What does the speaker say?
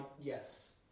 yes